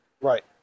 Right